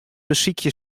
besykje